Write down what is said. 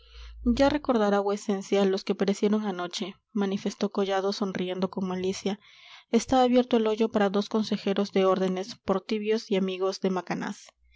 ya recordará vuecencia los que perecieron anoche manifestó collado sonriendo con malicia está abierto el hoyo para dos consejeros de órdenes por tibios y amigos de macanaz